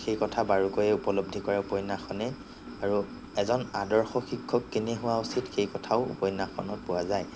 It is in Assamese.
সেই কথা বাৰুকৈয়ে উপলব্ধি কৰে উপন্যাসখনে আৰু এজন আদৰ্শ শিক্ষক কেনে হোৱা উচিত সেই কথাও উপন্যাসখনত পোৱা যায়